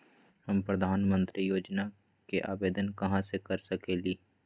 हम प्रधानमंत्री योजना के आवेदन कहा से कर सकेली?